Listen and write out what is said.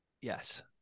Yes